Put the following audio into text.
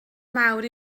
mawr